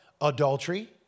Adultery